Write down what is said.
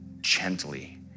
gently